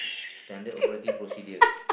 Standard operating procedure